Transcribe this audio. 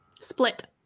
Split